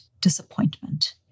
disappointment